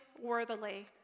worthily